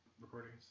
recordings